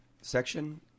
Section